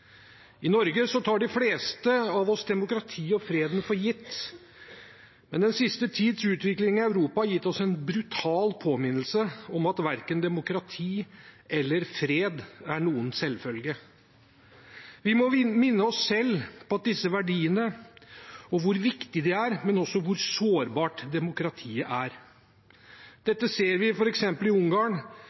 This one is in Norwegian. I Norge tar de fleste av oss demokrati og freden for gitt, men den siste tids utvikling i Europa har gitt oss en brutal påminnelse om at verken demokrati eller fred er noen selvfølge. Vi må minne oss selv på hvor viktige disse verdiene er, men også hvor sårbart demokratiet er. Dette ser vi f.eks. i Ungarn,